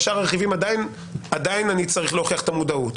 על שאר הרכיבים עדיין אני צריך להוכיח את המודעות.